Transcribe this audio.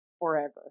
forever